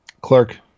Clark